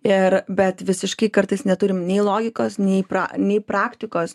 ir bet visiškai kartais neturim nei logikos nei pra nei praktikos